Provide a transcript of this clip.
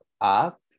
up